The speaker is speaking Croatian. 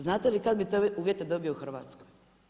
Znate kad bi te uvijete dobio u Hrvatskoj?